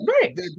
Right